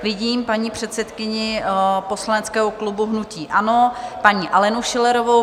Vidím paní předsedkyni poslaneckého klubu hnutí ANO, paní Alenu Schillerovou.